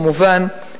כמובן,